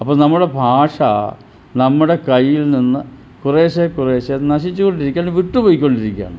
അപ്പോൾ നമ്മുടെ ഭാഷ നമ്മുടെ കയ്യിൽനിന്ന് കുറേശ്ശെ കുറേശ്ശെ നശിച്ചുകൊണ്ടിരിക്കുകയാണ് വിട്ടുപോയിക്കൊണ്ടിരിക്കുകയാണ്